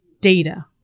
data